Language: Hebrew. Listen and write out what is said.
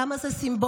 כמה זה סימבולי.